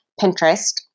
Pinterest